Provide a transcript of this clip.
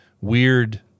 weird –